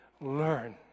learn